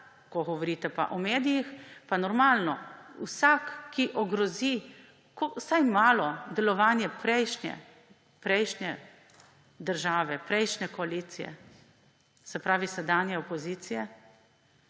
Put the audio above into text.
Ko govorite pa o medijih, pa normalno, vsak ki ogrozi vsaj malo delovanje prejšnje države, prejšnje koalicije, se prvi sedanje opozicije,